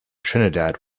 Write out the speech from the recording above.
trinidad